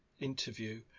interview